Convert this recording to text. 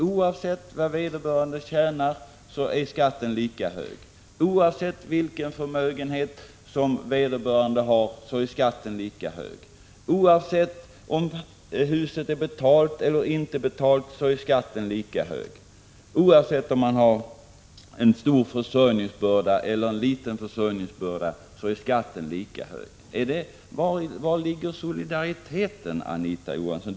Oavsett vad vederbörande tjänar är denna skatt lika hög. Oavsett vilken förmögenhet vederbörande har är skatten lika hög. Oavsett om huset är betalt eller inte är skatten lika hög. Oavsett om man har en stor eller liten försörjningsbörda är skatten lika hög. Vari ligger solidariteten, Anita Johansson?